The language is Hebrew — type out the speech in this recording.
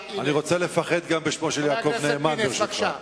אני רוצה לפחד גם בשמו של יעקב נאמן, ברשותך.